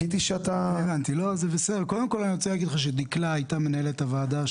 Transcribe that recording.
קודם כל אני רוצה להגיד לך שדקלה הייתה מנהלת הוועדה,